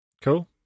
Cool